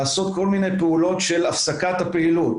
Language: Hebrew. לעשות כל מיני פעולות של הפסקת הפעילות,